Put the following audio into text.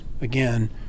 again